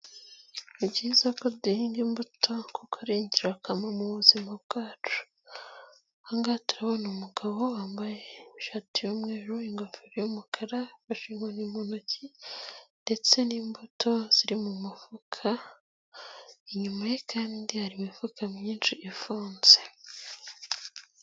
Nibyiza ko duhinga imbuto kuko ari ingirakamaro mubuzima bwacu . Ahangaha turabona umugabo wambaye ishati y'umweru, ingofero y'umukara, afashe inkoni mu ntoki ndetse n'imbuto ziri mumufuka, inyuma ye kandi hari imifuka myinshi ifunze.